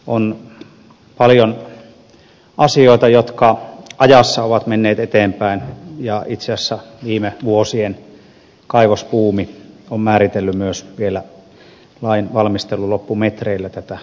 on paljon asioita jotka ovat menneet ajassa eteenpäin ja itse asiassa myös viime vuosien kaivosbuumi on määritellyt vielä lain valmistelun loppumetreillä tätä lopputulemaa